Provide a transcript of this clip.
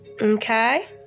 Okay